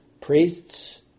priests